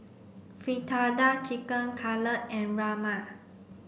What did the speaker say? Fritada Chicken Cutlet and Rajma